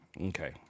Okay